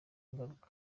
ngaruka